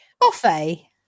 buffet